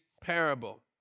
parable